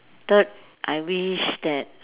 third I wish that